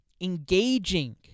engaging